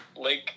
Lake